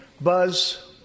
Buzz